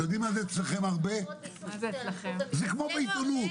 זה כמו בעיתונות.